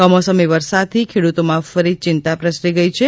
કમોસમી વરસાદથી ખેડૂતોમાં ફરી ચિંતા પ્રસરી ગઇ છે